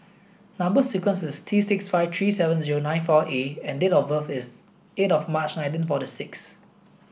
number sequence is T six five three seven zero nine four A and date of birth is eight of March nineteen forty six